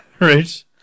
Right